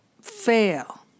fail